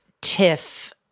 tiff